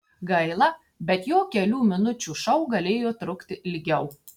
gaila bet jo kelių minučių šou galėjo trukti ilgiau